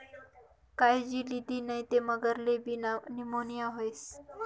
कायजी लिदी नै ते मगरलेबी नीमोनीया व्हस